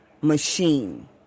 machine